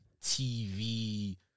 TV